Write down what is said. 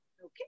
Okay